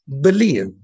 believe